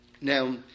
Now